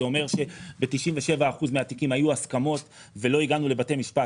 זה אומר שב-97% מהתיקים היו הסכמות ולא הגענו לבתי משפט.